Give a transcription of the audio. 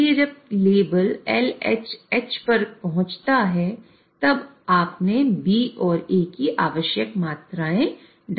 इसलिए जब level LHH पर पहुंचता है तब आपने B और A की आवश्यक मात्रा डाली है